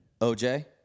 OJ